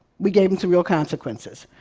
we gave them some real consequences.